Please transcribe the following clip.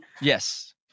Yes